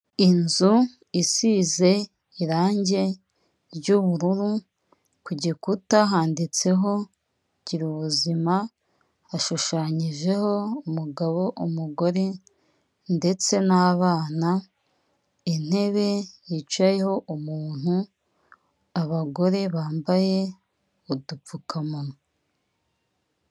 inzu isize irangi ry'ubururu ku gikuta handitseho gira ubuzima. hashushanyijeho umugabo, umugore ndetse n’abana, intebe yicayeho umuntu abagore bambaye udupfukamunwa.